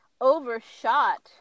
overshot